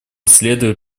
следует